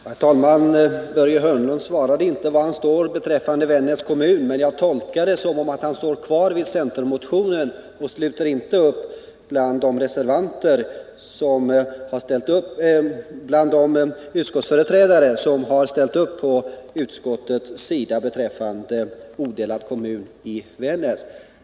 Herr talman! Börje Hörnlund svarade inte på frågan, var han står beträffande Vännäs kommun, men jag tolkar vad han sade så, att han står kvar vid centermotionen och inte sluter upp bland de utskottsföreträdare från centern som har ställt upp på utskottsmajoritetens sida för en odelad kommun i Vännäs.